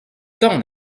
ton